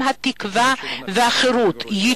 עם התקווה הקיימת בו והחירות השוררת בו,